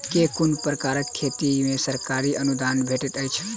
केँ कुन प्रकारक खेती मे सरकारी अनुदान भेटैत अछि?